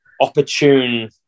opportune